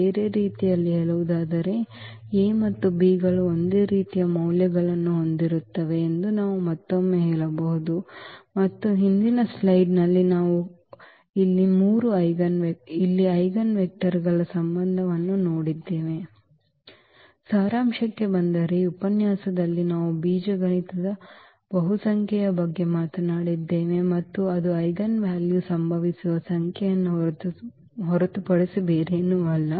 ಬೇರೆ ರೀತಿಯಲ್ಲಿ ಹೇಳುವುದಾದರೆ ಈ A ಮತ್ತು B ಗಳು ಒಂದೇ ರೀತಿಯ ಮೌಲ್ಯಗಳನ್ನು ಹೊಂದಿರುತ್ತವೆ ಎಂದು ನಾವು ಮತ್ತೊಮ್ಮೆ ಹೇಳಬಹುದು ಮತ್ತು ಹಿಂದಿನ ಸ್ಲೈಡ್ನಲ್ಲಿ ನಾವು ಇಲ್ಲಿ ಐಜೆನ್ವೆಕ್ಟರ್ಗಳ ಸಂಬಂಧವನ್ನು ನೋಡಿದ್ದೇವೆ ಸಾರಂಶಕ್ಕೆ ಬಂದರೆ ಈ ಉಪನ್ಯಾಸದಲ್ಲಿ ನಾವು ಬೀಜಗಣಿತದ ಬಹುಸಂಖ್ಯೆಯ ಬಗ್ಗೆ ಮಾತನಾಡಿದ್ದೇವೆ ಮತ್ತು ಅದು ಐಜೆನ್ವಾಲ್ಯೂ ಸಂಭವಿಸುವ ಸಂಖ್ಯೆಯನ್ನು ಹೊರತುಪಡಿಸಿ ಬೇರೇನೂ ಅಲ್ಲ